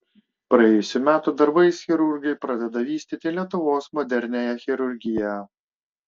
praėjusių metų darbais chirurgai pradeda vystyti lietuvos moderniąją chirurgiją